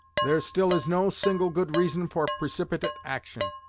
there still is no single good reason for precipitate action.